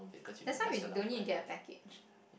that's why we don't need to get a package